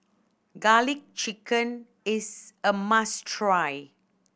Garlic Chicken is a must try